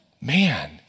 man